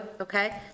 okay